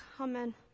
Amen